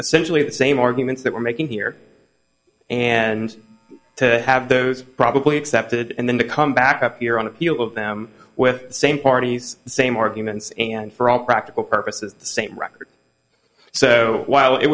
essentially the same arguments that we're making here and to have those probably accepted and then to come back up here on a few of them with the same parties the same arguments and for all practical purposes the same record so